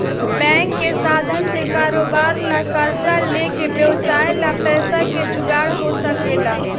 bank के साधन से कारोबार ला कर्जा लेके व्यवसाय ला पैसा के जुगार हो सकेला